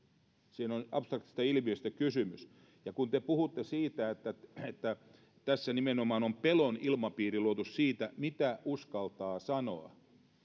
siinä on abstraktista ilmiöstä kysymys ja kun te puhutte siitä että tässä nimenomaan on pelon ilmapiiri luotu siitä mitä uskaltaa sanoa